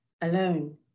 alone